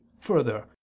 Further